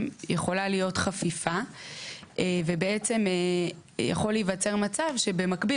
יכולה להיות חפיפה ובעצם יכול להיווצר מצב שבמקביל